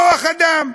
כוח-אדם.